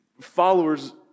followers